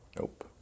Nope